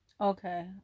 Okay